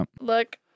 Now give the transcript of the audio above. look